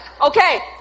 Okay